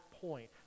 point